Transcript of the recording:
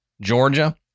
Georgia